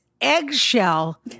eggshell